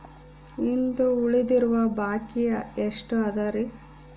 ಇಂದು ಉಳಿದಿರುವ ಬಾಕಿ ಎಷ್ಟು ಅದರಿ?